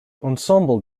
ensemble